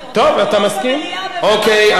במליאה, אוקיי.